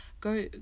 go